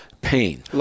pain